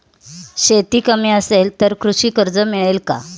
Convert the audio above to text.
शेती कमी असेल तर कृषी कर्ज मिळेल का?